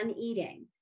eating